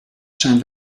zijn